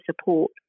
support